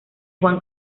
juan